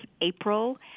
April